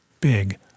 big